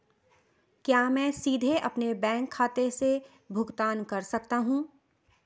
क्या मैं सीधे अपने बैंक खाते से भुगतान कर सकता हूं?